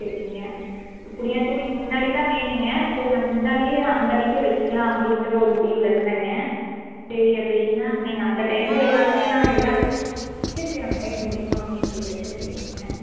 சரிங்க புண்ணியாச்சர்ஜனைக்கு முன்னாடிதான் வேணுங்க சரி நான் முன்னாடியே அந்தறைக்கே வெச்சுக்கலாம் அப்படிங்கற ஒரு முடிவில் இருந்தேங்க சரி அப்படின்னுதான் நீங்கள் அந்த டைமில் எல்லாமே நான் எல்லாமே அந்த டைம் முடியுமா அப்படின்னு கேட்கறதுக்குதான் கேட்டேங்க